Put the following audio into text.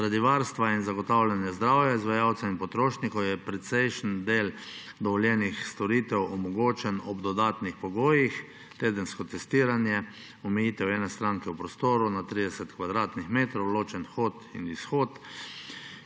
Zaradi varstva in zagotavljanja zdravja izvajalcev in potrošnikov je precejšen del dovoljenih storitev omogočen ob dodatnih pogojih: tedensko testiranje, omejitev ene stranke v prostoru na 30 kvadratnih metrih, ločen vhod in izhod.